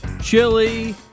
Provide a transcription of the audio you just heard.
chili